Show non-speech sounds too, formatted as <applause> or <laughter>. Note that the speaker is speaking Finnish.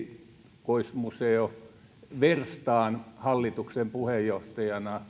erikoismuseo werstaan hallituksen puheenjohtajana <unintelligible>